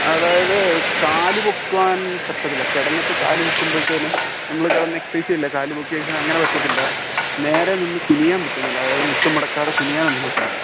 അതായത് കാലു പൊക്കുവാൻ പറ്റത്തില്ല കിടന്നിട്ട് കാൽ പൊക്കുമ്പത്തേന് നമ്മൾ കിടന്ന് എക്സർസൈസ് ചെയ്യില്ലേ കാൽ പൊക്കിയൊക്കെ അങ്ങനെ പറ്റത്തില്ല നേരെ നിന്ന് കുനിയാൻ പറ്റുന്നില്ല അതായത് മുട്ടുമടക്കാതെ കുനിയാൻ ഒന്നും പറ്റുന്നില്ല